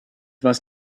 must